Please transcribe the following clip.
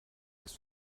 ist